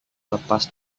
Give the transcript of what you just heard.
lepas